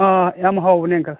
ꯑꯥ ꯌꯥꯝ ꯍꯥꯎꯕꯅꯦ ꯑꯪꯀꯜ